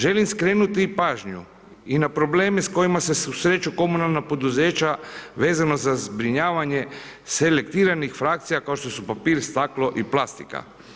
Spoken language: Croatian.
Želim skrenuti pažnju i na probleme s kojima se susreću komunalna poduzeća vezano za zbrinjavanje selektiranih frakcija kao što su papir, staklo i plastika.